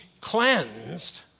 cleansed